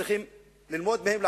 שצריכים ללמוד מהם,